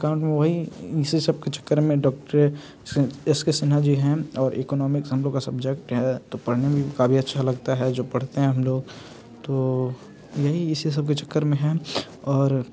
account में वही इसी सब के चक्कर में doctor S K Sinha ji हैं और इकोनॉमिक्स हम लोग का सब्जेक्ट है तो पढ़ने में भी काफ़ी अच्छा लगता है जो पढ़ते हैं हम लोग तो यहीं इसी सब के चक्कर में हैं और